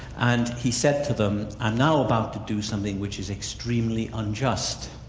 and he said to them, i'm now about to do something which is extremely unjust.